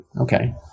okay